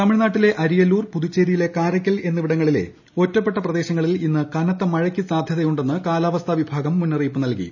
തമിഴ്നാട്ടിലെ അരിയല്ലൂർ പുതുച്ചേരിയിലെ കാരയ്ക്കൽ എന്നിവിടങ്ങളിലെ ഒറ്റപ്പെട്ട പ്രദേശങ്ങളിൽ ഇന്ന് കനത്ത മഴക്ക് സാധ്യതയുണ്ടെന്ന് കാലാവസ്ഥാ വിഭാഗം മുന്നറിയിപ്പ് നൽകി